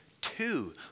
two